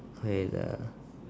wait uh